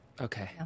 Okay